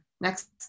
Next